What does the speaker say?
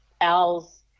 Al's